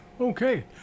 Okay